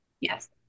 Yes